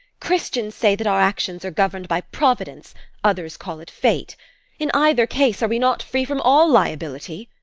christians say that our actions are governed by providence others call it fate in either case, are we not free from all liability?